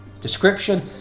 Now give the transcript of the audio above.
description